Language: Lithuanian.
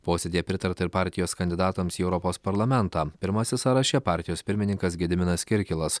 posėdyje pritarta ir partijos kandidatams į europos parlamentą pirmasis sąraše partijos pirmininkas gediminas kirkilas